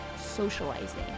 socializing